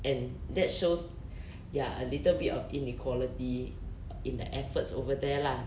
and that shows ya a little bit of inequality in the efforts over there lah